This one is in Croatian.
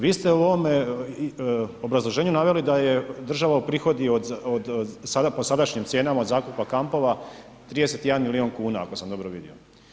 Vi ste u ovome obrazloženju naveli da je država uprihodi od po sadašnjim cijenama od zakupa kampova 31 milijun kuna ako sam dobro vidio.